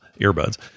earbuds